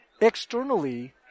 Externally